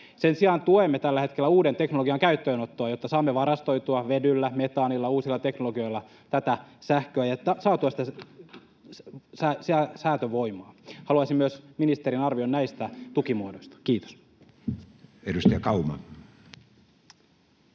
Sen sijaan tuemme tällä hetkellä uuden teknologian käyttöönottoa, jotta saamme varastoitua vedyllä, metaanilla — uusilla teknologioilla — sähköä ja saamme säätövoimaa. Haluaisin myös ministerin arvion näistä tukimuodoista. — Kiitos. [Speech 32]